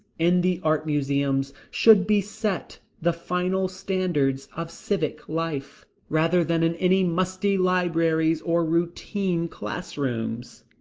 in the art museums should be set the final standards of civic life, rather than in any musty libraries or routine classrooms.